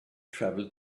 travel